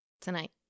Tonight